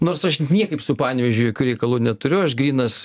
nors aš niekaip su panevėžiu jokių reikalų neturiu aš grynas